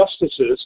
justices